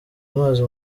amazi